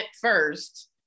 first